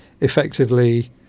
effectively